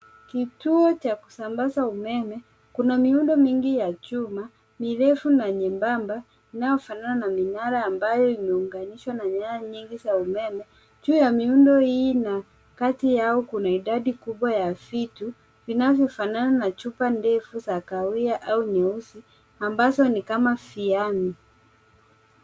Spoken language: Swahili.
Kituo cha kusambaza umeme, kuna miundo mingi ya chuma mirefu na nyembamba inayofanana na minara ambayo imeunganishwa na nyaya nyingi za umeme. Juu ya miundo hii na kati yao kuna idadi kubwa ya vitu vinavyofanana na chupa ndefu za kahawia au nyeusi ambazo ni kama viani.